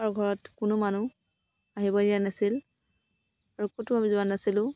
আৰু ঘৰত কোনো মানুহ আহিব দিয়া নাছিল আৰু ক'তো আমি যোৱা নাছিলোঁ